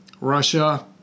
Russia